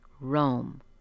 Rome